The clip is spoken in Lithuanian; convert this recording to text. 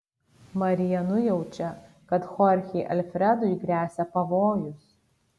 marija nujaučia kad chorchei alfredui gresia pavojus